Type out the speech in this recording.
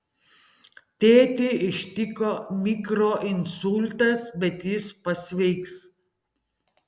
tėtį ištiko mikroinsultas bet jis pasveiks